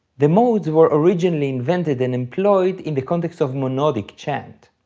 the modes were originally invented and employed in the context of monodic chant.